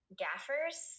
gaffers